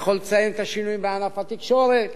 אני יכול לציין את השינויים בענף התקשורת,